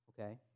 Okay